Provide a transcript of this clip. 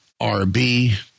RB